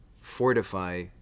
fortify